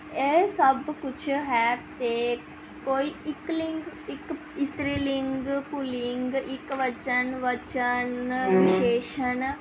ਇਹ ਸਭ ਕੁਛ ਹੈ ਅਤੇ ਕੋਈ ਇੱਕ ਲਿੰਗ ਇੱਕ ਇਸਤਰੀ ਲਿੰਗ ਪੁਲਿੰਗ ਇੱਕ ਵਚਨ ਵਚਨ ਵਿਸ਼ੇਸ਼ਣ